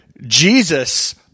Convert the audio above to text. Jesus